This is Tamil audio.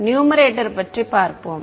நியூமரேட்டர் பற்றி பார்ப்போம்